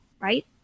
right